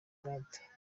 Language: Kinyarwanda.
data